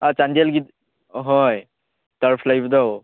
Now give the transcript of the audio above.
ꯑꯥ ꯆꯥꯟꯗꯦꯜꯒꯤ ꯑꯍꯣꯏ ꯇꯔꯐ ꯂꯩꯕꯗꯣ